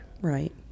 Right